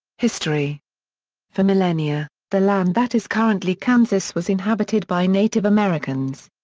history for millennia, the land that is currently kansas was inhabited by native americans.